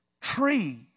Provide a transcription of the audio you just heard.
tree